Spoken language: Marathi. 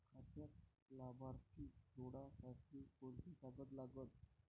खात्यात लाभार्थी जोडासाठी कोंते कागद लागन?